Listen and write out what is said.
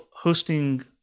hosting